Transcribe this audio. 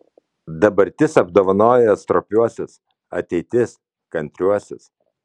dabartis apdovanoja stropiuosius ateitis kantriuosius